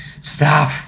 stop